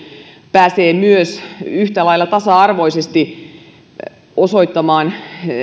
pääsee myös yhtä lailla tasa arvoisesti osoittamaan